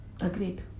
Agreed